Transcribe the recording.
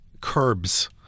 curbs